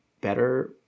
better